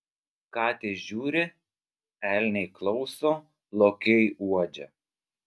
katės žiūri elniai klauso lokiai uodžia